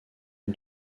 une